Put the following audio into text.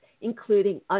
including